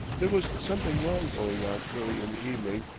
there was something wrong going on early in the evening,